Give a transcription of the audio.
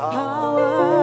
power